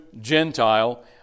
gentile